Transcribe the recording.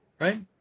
Right